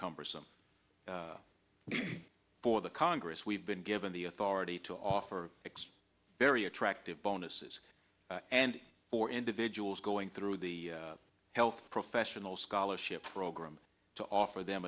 cumbersome for the congress we've been given the authority to offer six very attractive bonuses and for individuals going through the health professional scholarship program to offer them